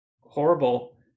horrible